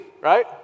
right